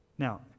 Now